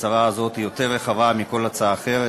ההצהרה הזאת היא יותר רחבה מכל הצעה אחרת.